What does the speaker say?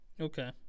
Okay